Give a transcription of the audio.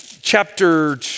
chapter